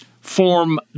Form